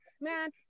man